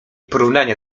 porównania